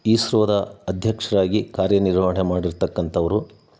ಇಸ್ರೋದ ಅಧ್ಯಕ್ಷರಾಗಿ ಕಾರ್ಯನಿರ್ವಹಣೆ ಮಾಡಿರ್ತಕ್ಕಂಥವರು